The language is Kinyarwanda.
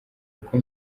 uko